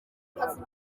ntakazi